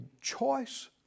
choice